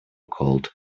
called